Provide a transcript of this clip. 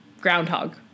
groundhog